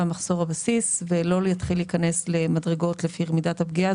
מחזור הבסיס ולא להתחיל להיכנס למדרגות לפי מידת הפגיעה.